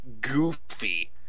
goofy